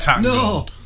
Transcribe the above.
No